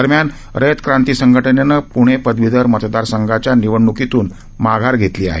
दरम्यान रयत क्रांती संघटनेनं प्णे पदवीधर मतदारसंघाच्या निवडण्कीतून माघार घेतली आहे